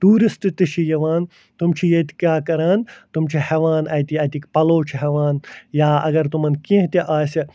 tourist تہِ چھِ یِوان تِم چھِ ییٚتہِ کیٛاہ کَران تِم چھِ ہٮ۪وان اَتہِ یہِ اَتِکۍ پَلو چھِ ہٮ۪وان یا اگر تِمَن کیٚنٛہہ تہِ آسہِ